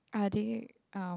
are they uh